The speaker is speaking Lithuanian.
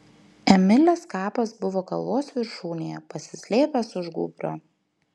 emilės kapas buvo kalvos viršūnėje pasislėpęs už gūbrio